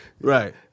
Right